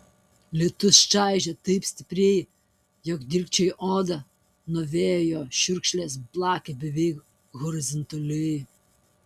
lietus čaižė taip stipriai jog dilgčiojo odą nuo vėjo jo čiurkšlės plakė beveik horizontaliai